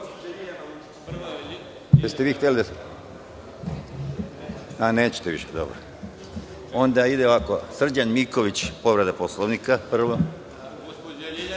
Prvo